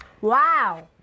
wow